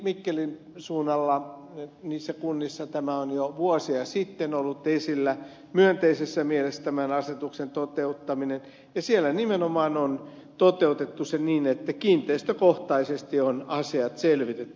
mikkelin suunnalla niissä kunnissa tämän asetuksen toteuttaminen on jo vuosia sitten ollut esillä myönteisessä mielessä ja siellä nimenomaan on toteutettu se niin että kiinteistökohtaisesti on asiat selvitetty